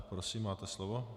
Prosím, máte slovo.